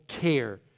care